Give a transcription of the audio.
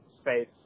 space